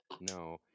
No